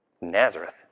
Nazareth